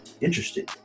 interesting